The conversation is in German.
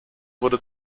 wurde